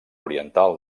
oriental